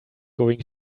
going